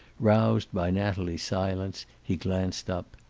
roused by natalie's silence, he glanced up.